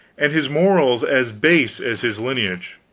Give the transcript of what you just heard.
and his morals as base as his lineage.